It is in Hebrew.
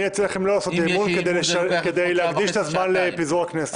אני מציע לכם לא להגיש הצעת אי-אמון כדי להקדיש את הזמן לפיזור הכנסת.